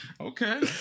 Okay